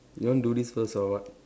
you want do this first or what